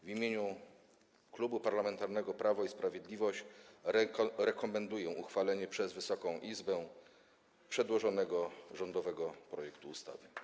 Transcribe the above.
W imieniu Klubu Parlamentarnego Prawo i Sprawiedliwość rekomenduję uchwalenie przez Wysoką Izbę przedłożonego rządowego projektu ustawy.